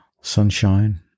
sunshine